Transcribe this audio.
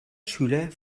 schüler